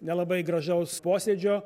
nelabai gražaus posėdžio